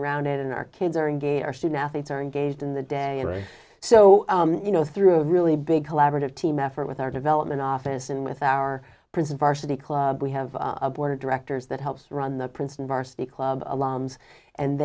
around it in our kids are engaged our student athletes are engaged in the day and so you know through a really big collaborative team effort with our development office in with our prison varsity club we have a board of directors that helps run the princeton varsity club alarms and